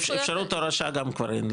אפשרות הורשה גם כבר אין,